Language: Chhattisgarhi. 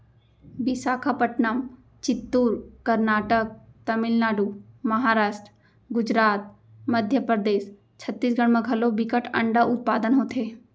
बिसाखापटनम, चित्तूर, करनाटक, तमिलनाडु, महारास्ट, गुजरात, मध्य परदेस, छत्तीसगढ़ म घलौ बिकट अंडा उत्पादन होथे